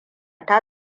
ta